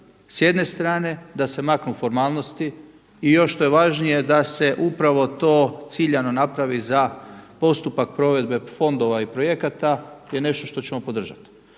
s jedne strane da se maknu formalnosti i još što je važnije da se upravo to ciljano napravi za postupak provedbe fondova i projekata je nešto što ćemo podržati.